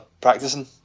practicing